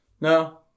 No